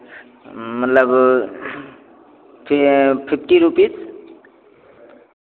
मतलब कि fifty rupees